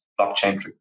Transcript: blockchain